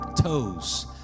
toes